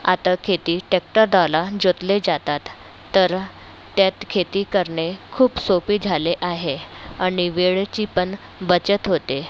आता खेती टॅक्टरद्वारा जोतले जातात तर त्यात खेती करणे खूप सोपे झाले आहे अणि वेळेची पण बचत होते